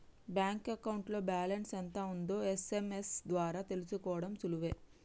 bank అకౌంట్లో balance ఎంత ఉందో ఎస్.ఎం.ఎస్ ద్వారా తెలుసుకోడం సులువే